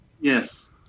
Yes